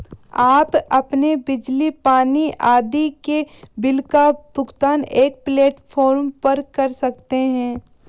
आप अपने बिजली, पानी आदि के बिल का भुगतान एक प्लेटफॉर्म पर कर सकते हैं